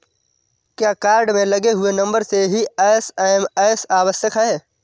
क्या कार्ड में लगे हुए नंबर से ही एस.एम.एस आवश्यक है?